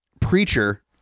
Preacher